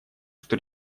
что